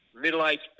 middle-aged